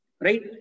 Right